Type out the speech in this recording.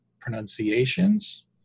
pronunciations